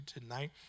tonight